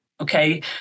okay